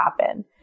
happen